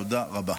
תודה רבה.